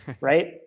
Right